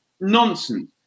nonsense